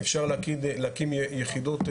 אפשר להקים יחידות,